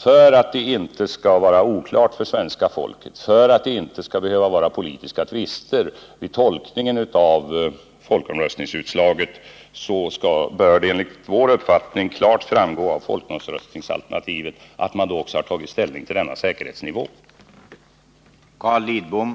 för att det inte skall vara oklart för svenska folket och för att det inte skall behöva bli politiska tvister vid tolkningen av folkomröstningsutslaget, bör det enligt vår uppfattning klart framgå av folkomröstningsalternativen att ett ja också innebär att man tar ställning till den säkerhetsnivå som fastslagits.